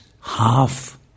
half